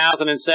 2007